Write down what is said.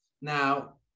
Now